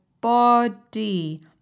body